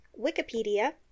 Wikipedia